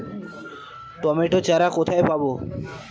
Tomato চারা কোথায় পাবো?